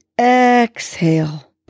exhale